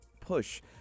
push